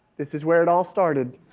this is where it all started.